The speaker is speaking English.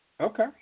Okay